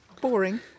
Boring